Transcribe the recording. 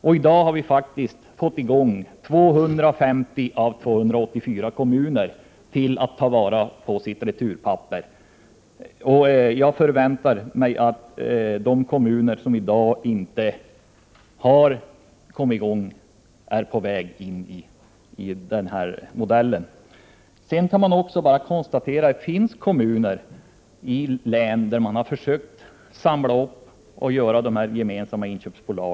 Vi har faktiskt fått 250 av 284 kommuner att ta vara på sitt returpapper. Jag förväntar mig att de kommuner som i dag inte kommit i gång är på väg. Man kan bara konstatera att det finns län där man har försökt få till stånd 16 november 1988 gemensamma inköpsbolag.